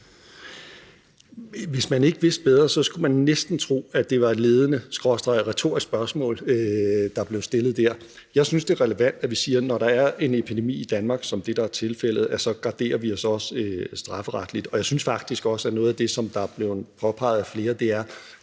Hvis man ikke vidste bedre, skulle man næsten tro, at det var et ledende skråstreg retorisk spørgsmål, der blev stillet der. Jeg synes, det er relevant, at vi siger, at vi, når der er en epidemi Danmark, som er det, der er tilfældet, så også garderer os strafferetligt. Noget af det, som er blevet påpeget af flere, er